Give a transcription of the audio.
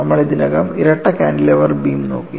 നമ്മൾ ഇതിനകം ഇരട്ട കാന്റിലിവർ ബീം നോക്കി